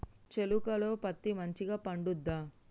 చేలుక లో పత్తి మంచిగా పండుద్దా?